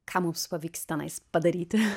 ką mums pavyks tenais padaryti